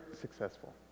successful